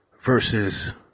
versus